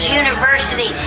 university